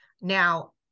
Now